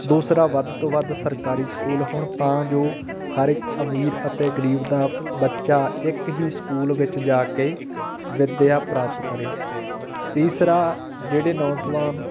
ਦੂਸਰਾ ਵੱਧ ਤੋਂ ਵੱਧ ਸਰਕਾਰੀ ਸਕੂਲ ਹੋਣ ਤਾਂ ਜੋ ਹਰ ਇੱਕ ਅਮੀਰ ਅਤੇ ਗਰੀਬ ਦਾ ਬੱਚਾ ਇੱਕ ਹੀ ਸਕੂਲ ਵਿੱਚ ਜਾ ਕੇ ਵਿੱਦਿਆ ਪ੍ਰਾਪਤ ਕਰੇ ਤੀਸਰਾ ਜਿਹੜੇ ਨੌਜਵਾਨ